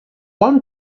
one